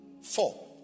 Four